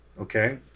Okay